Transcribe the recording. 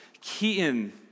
Keaton